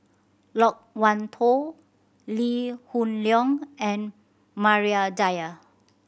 Loke Wan Tho Lee Hoon Leong and Maria Dyer